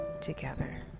together